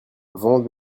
vent